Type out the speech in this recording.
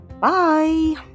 Bye